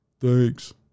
Thanks